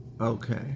Okay